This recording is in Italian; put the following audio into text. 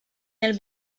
nel